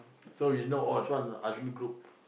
so we know oh this one Azmi group